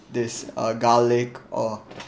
this uh garlic or